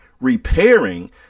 repairing